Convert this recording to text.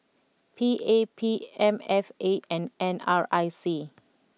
P A P M F A and N R I C